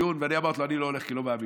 ואני אמרתי לו: אני לא הולך, כי לא מאמין.